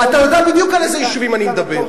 אתה יודע בדיוק על איזה יישובים אני מדבר.